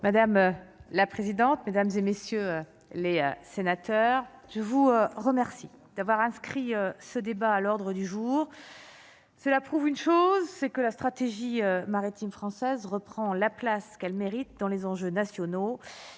Madame la présidente, mesdames et messieurs les sénateurs, je vous remercie d'avoir inscrit ce débat à l'ordre du jour. Cela prouve une chose, c'est que la stratégie maritime française reprend la place qu'elle mérite dans les enjeux nationaux